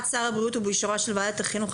שר הבריאות ובאישורה של וועדת החינוך,